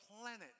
planet